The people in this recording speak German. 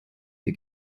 ihr